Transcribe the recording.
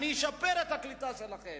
אני אשפר את הקליטה שלכם.